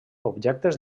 objectes